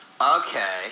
Okay